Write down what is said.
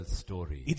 story